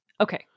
Okay